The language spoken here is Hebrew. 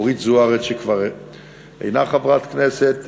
אורית זוארץ שכבר אינה חברת כנסת,